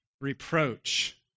reproach